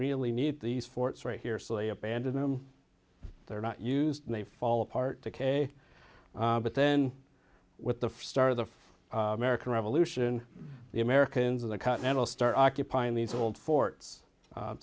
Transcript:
really need these forts right here so they abandon them they're not used and they fall apart decay but then with the start of the american revolution the americans of the continental start occupying these old forts